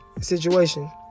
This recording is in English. situation